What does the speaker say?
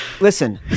listen